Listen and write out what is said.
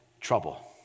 trouble